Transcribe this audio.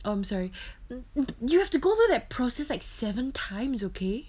um sorry you have to go through that process like seven times okay